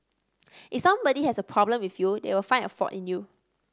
if somebody has a problem with you they will find a fault in you